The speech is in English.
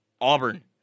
Auburn